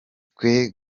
twe